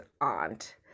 aunt